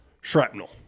shrapnel